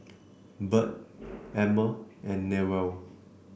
Burt Emmer and Newell